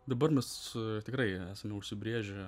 dabar mes tikrai esame užsibrėžę